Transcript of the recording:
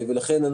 לכן,